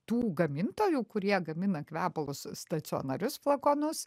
tų gamintojų kurie gamina kvepalus stacionarius flakonus